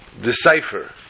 decipher